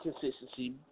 consistency